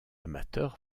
amateur